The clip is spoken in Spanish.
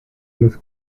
los